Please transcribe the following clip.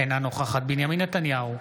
אינה נוכחת בנימין נתניהו,